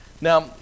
Now